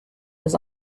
was